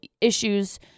issues